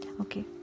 Okay